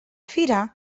fira